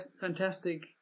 fantastic